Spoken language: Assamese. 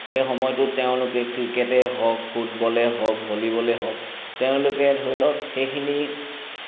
সেই সময়টোত তেওঁলোকে ক্ৰিকেটেই হওক ফুটবলেই হওক ভলীবলেই হওক তেওঁলোকে ধৰি লওক সেইখিনি